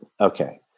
okay